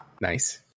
nice